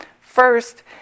First